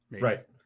Right